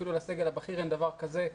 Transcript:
אפילו לסגל הבכיר אין דבר כזה.